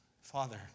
Father